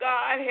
God